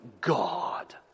God